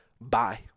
Bye